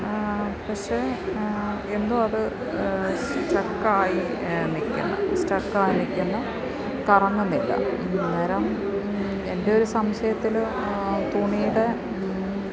പക്ഷേ എന്തോ അത് സ്റ്റക്ക് ആയി നിൽക്കുന്നു സ്റ്റക്ക് ആയി നിൽക്കുന്നു കറങ്ങുന്നില്ല അന്നേരം എൻ്റെ ഒരു സംശയത്തിൽ തുണിയുടെ